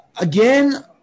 Again